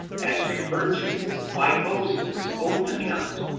as referred to by moses's own account,